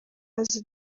maze